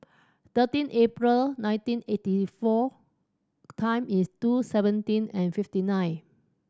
thirteen April nineteen eighty four o time is two seventeen and fifty nine